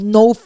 no